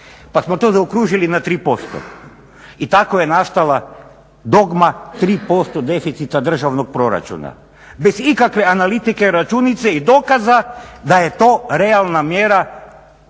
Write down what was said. pa smo to zaokružili na 3%. I tako je nastala dogma 3% deficita državnog proračuna. Bez ikakve analitike, računice i dokaza da je to realna mjera